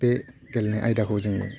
बे गेलेनाय आयदाखौ जोङो